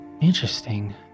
Interesting